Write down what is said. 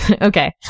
Okay